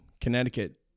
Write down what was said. Connecticut